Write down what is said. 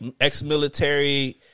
ex-military